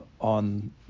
on